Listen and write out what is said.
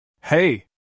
Hey